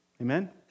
Amen